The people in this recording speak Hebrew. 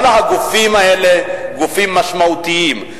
כל הגופים האלה הם גופים משמעותיים.